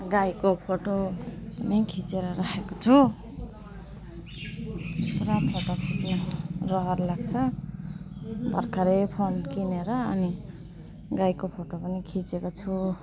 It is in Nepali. गाईको फोटो नि खिचेर राखेको छु पुरा फोटो खिच्नु रहर लाग्छ भर्खर फोन किनेर गाईको फोटो पनि खिचेको छु